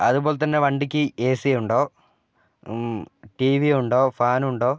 അതുപോലെ തന്നെ വണ്ടിക്ക് എസി ഉണ്ടോ ടിവി ഉണ്ടോ ഫാൻ ഉണ്ടോ